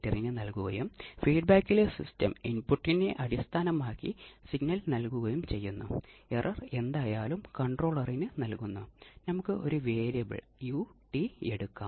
ചില സന്ദർഭങ്ങളിൽ ക്രിസ്റ്റൽ ഉപയോഗിക്കുന്നു അവയെ ക്രിസ്റ്റൽ ഓസിലേറ്ററുകൾ എന്ന് വിളിക്കുന്നു